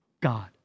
God